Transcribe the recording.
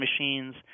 machines